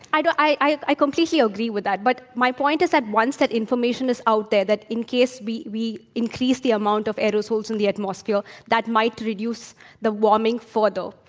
i don't i i completely agree with that. but my point is that once that information is out there that in case we we increase the amount of aerosols in the atmosphere that might reduce the warming photo.